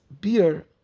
beer